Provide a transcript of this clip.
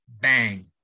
bang